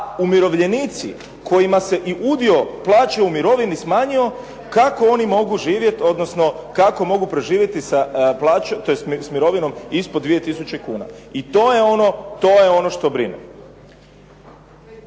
a umirovljenici kojima se i udio plaće u mirovini smanjio, kako oni mogu živjeti odnosno kako mogu preživjeti sa plaćom, tj. mirovinom ispod 2000 kuna. I to je ono, to je